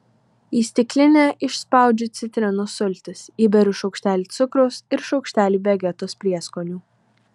į stiklinę išspaudžiu citrinos sultis įberiu šaukštelį cukraus ir šaukštelį vegetos prieskonių